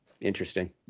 interesting